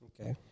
Okay